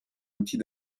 outil